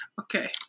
Okay